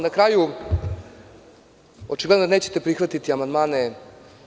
Na kraju, očigledno je da nećete prihvatiti amandmane DS.